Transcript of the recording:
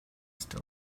still